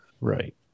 Right